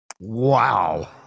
Wow